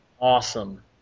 awesome